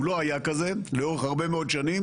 הוא לא היה כזה לאורך הרבה מאוד שנים